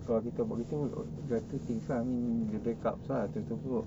kalau kita buat kita just do things ah I mean we break ups lah into two group